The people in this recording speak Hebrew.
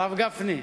הרב גפני,